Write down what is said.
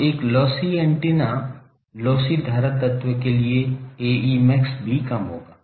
तो एक lossy antenna lossy धारा तत्व के लिए Ae max भी कम होगा